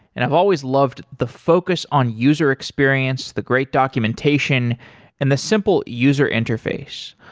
and i've always loved the focus on user experience, the great documentation and the simple user interface.